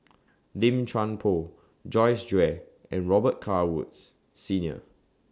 Lim Chuan Poh Joyce Jue and Robet Carr Woods Senior